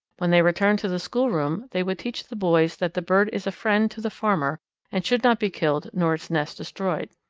when they returned to the schoolroom they would teach the boys that the bird is a friend to the farmer and should not be killed nor its nest destroyed.